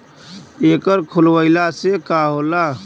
एकर खोलवाइले से का होला?